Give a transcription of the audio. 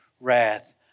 wrath